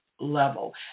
level